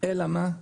אלא מה,